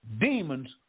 Demons